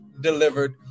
delivered